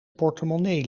portemonnee